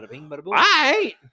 right